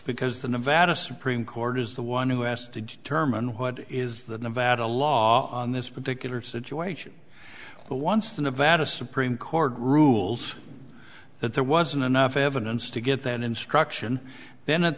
because the nevada supreme court is the one who asked to determine what is the nevada law on this particular situation but once the nevada supreme court rules that there wasn't enough evidence to get that instruction then at